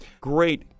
Great